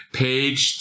page